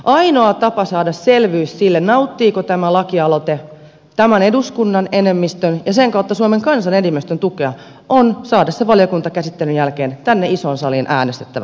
ainoa tapa saada selvyys siitä nauttiiko tämä lakialoite tämän eduskunnan enemmistön ja sen kautta suomen kansan enemmistön tukea on saada se valiokuntakäsittelyn jälkeen tänne isoon saliin äänestettäväksi